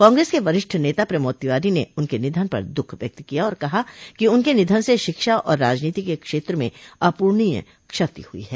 कांग्रेस के वरिष्ठ नेता प्रमोद तिवारी ने उनके निधन पर दुख व्यक्त किया और कहा कि उनके निधन से शिक्षा और राजनीति के क्षेत्र में अपूर्णीय क्षति हुई है